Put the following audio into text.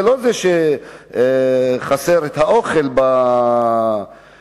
זה לא שחסר אוכל בבתי-הסוהר,